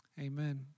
Amen